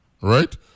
right